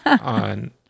on